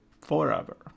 forever